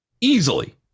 easily